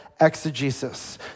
exegesis